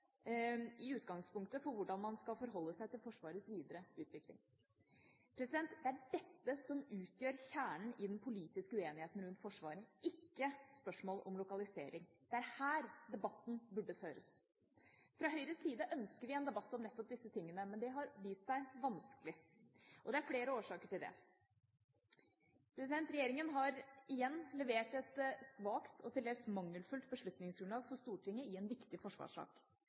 i utgangspunktet for hvordan man skal forholde seg til Forsvarets videre virksomhet. Det er dette som utgjør kjernen i den politiske uenigheten rundt Forsvaret, ikke spørsmål om lokalisering. Det er her debatten burde føres. Fra Høyres side ønsker vi en debatt om nettopp disse tingene, men det har vist seg å være vanskelig. Det er flere årsaker til det. Regjeringa har igjen levert et svakt og til dels mangelfullt beslutningsgrunnlag til Stortinget i en viktig forsvarssak.